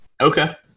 Okay